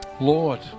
Lord